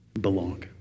belong